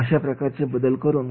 अशा प्रकारचे बदल करून